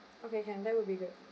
okay can that'll be good